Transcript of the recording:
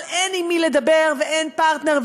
אבל אין עם מי לדבר ואין פרטנר,